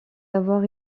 avoir